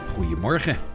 Goedemorgen